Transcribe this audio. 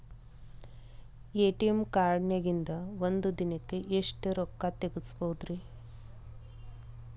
ATM ಕಾರ್ಡ್ನ್ಯಾಗಿನ್ದ್ ಒಂದ್ ದಿನಕ್ಕ್ ಎಷ್ಟ ರೊಕ್ಕಾ ತೆಗಸ್ಬೋದ್ರಿ?